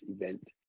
event